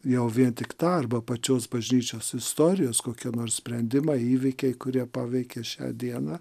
jau vien tik ta arba pačios bažnyčios istorijos kokie nors sprendimai įvykiai kurie paveikė šią dieną